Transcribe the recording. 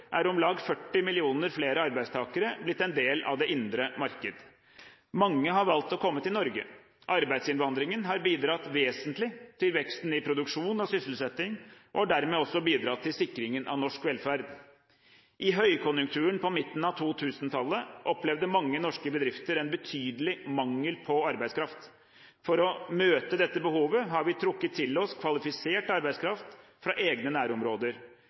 er om lag 40 millioner flere arbeidstakere blitt del av det indre marked. Mange har valgt å komme til Norge. Arbeidsinnvandringen har bidratt vesentlig til veksten i produksjon og sysselsetting og dermed også til sikringen av norsk velferd. I høykonjunkturen på midten av 2000-tallet opplevde mange norske bedrifter en betydelig mangel på arbeidskraft. For å møte dette behovet har vi trukket til oss kvalifisert arbeidskraft fra egne nærområder.